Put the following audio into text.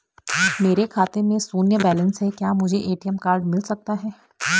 मेरे खाते में शून्य बैलेंस है क्या मुझे ए.टी.एम कार्ड मिल सकता है?